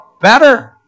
Better